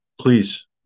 please